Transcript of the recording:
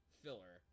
filler